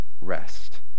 rest